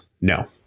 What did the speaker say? No